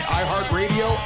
iHeartRadio